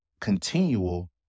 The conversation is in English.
continual